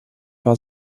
war